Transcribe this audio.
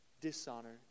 Dishonor